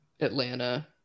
atlanta